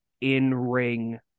in-ring